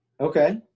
Okay